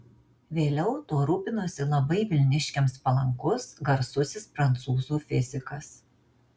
vėliau tuo rūpinosi labai vilniškiams palankus garsusis prancūzų fizikas